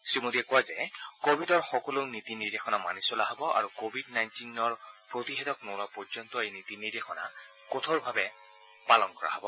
শ্ৰীমোদীয়ে কয় যে কোৱিডৰ সকলো নীতি নিৰ্দেশনা মানি চলা হ'ব আৰু কোৱিড নাইণ্টিনৰ বাবে প্ৰতিষেধক নোলোৱা পৰ্য্যন্ত এই নীতি নিৰ্দেশনা কঠোৰভাৱে পালন কৰি থকা হব